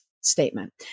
statement